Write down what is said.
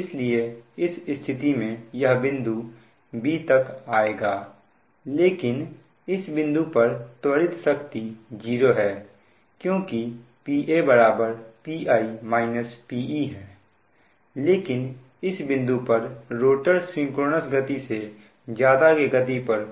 इसलिए इस स्थिति में यह बिंदु b तक आएगा लेकिन इस बिंदु पर त्वरित शक्ति 0 है क्योंकि Pa Pi - Pe है लेकिन इस बिंदु पर रोटर सिंक्रोनस गति से ज्यादा के गति पर